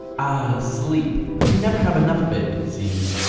ahhh. sleep! you can never have enough of it, it seems.